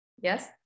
Yes